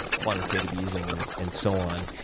quantitative easing and and so on.